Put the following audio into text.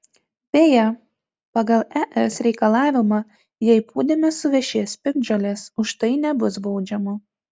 beje pagal es reikalavimą jei pūdyme suvešės piktžolės už tai nebus baudžiama